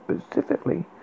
specifically